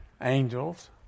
angels